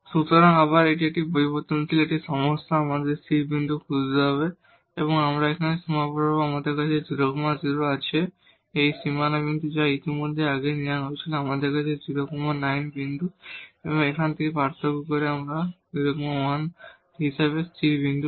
সুতরাং আবার এটি একটি ভেরিয়েবল একটি সমস্যা আমাদের স্থির বিন্দু খুঁজতে হবে এবং এখানে এই বাউন্ডারি বরাবর আমাদের আছে 0 0 এই বাউন্ডারি বিন্দু যা ইতিমধ্যেই আগে নেওয়া হয়েছিল আমাদের আছে 0 9 বিন্দু এবং থেকে এখানে পার্থক্য করে আমরা 0 1 হিসাবে স্থির বিন্দু পাব